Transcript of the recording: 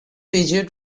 egypt